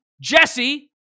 Jesse